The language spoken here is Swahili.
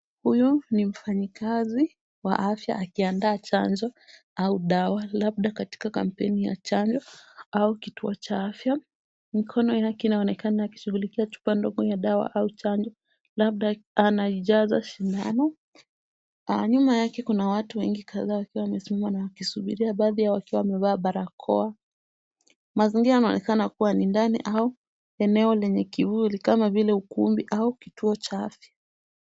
Huyu ni mfanyikazi wa afya akiandaa chanjo au dawa labda katika kampeni ya chanjo au kituo cha afya. Mikono yake inaonekana akishughulikia chupa ndogo ya dawa au chanjo labda anaijaza sindano. Nyuma yake kuna watu wengi kadhaa wakiwa wamesimama na wakisubiria baadhi yao wakiwa wamevaa barakoa. Mazingira yanaonekana kuwa ni ndani au eneo lenye kivuli kama vile ukumbi au kituo cha afya.